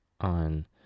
On